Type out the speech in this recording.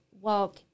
walk